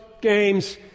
games